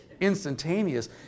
instantaneous